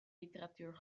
literatuur